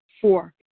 Four